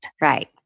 Right